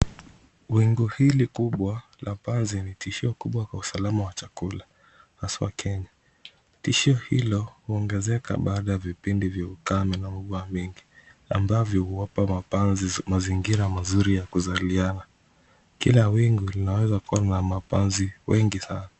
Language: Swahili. Wingu hili kubwa la panzi ni tishio kubwa kwa usalama wa chakula haswa Kenya. Tishio hilo huongezeka baada ya vipindi vya ukame na mvua mingi ambavyo huwapa mapanzi mazingira mazuri ya kuzaliana. Kila wingu linaweza kuwa na mapanzi wengi sana.